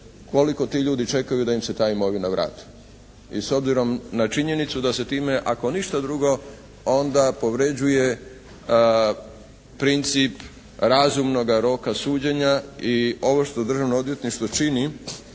koliko ti ljudi čekaju da im se ta imovina vrati. I s obzirom na činjenicu da se time ako ništa drugo onda povređuje princip razumnoga roka suđenja i ovo što Državno odvjetništvo čini